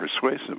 persuasive